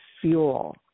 fuel